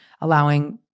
allowing